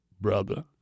brother